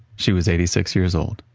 she was eighty six years old.